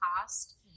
cost